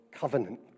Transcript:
covenant